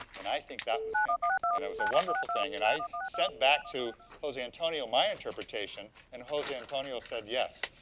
and i think that was him, and it was a wonderful thing. and i sent back to jose antonio, my interpretation, and jose antonio said yes,